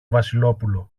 βασιλόπουλο